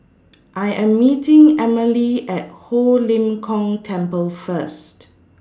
I Am meeting Emelie At Ho Lim Kong Temple First